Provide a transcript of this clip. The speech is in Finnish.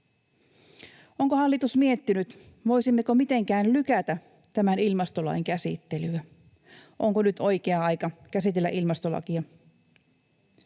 Onko hallitus miettinyt, voisimmeko mitenkään lykätä tämän ilmastolain käsittelyä? Onko nyt oikea aika käsitellä ilmastolakia?